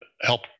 help